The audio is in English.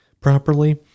properly